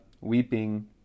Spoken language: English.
weeping